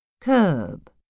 Curb